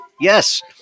Yes